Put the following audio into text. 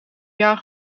jaar